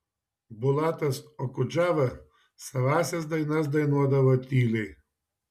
bulatas okudžava savąsias dainas dainuodavo tyliai